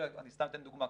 אני סתם אתן דוגמה,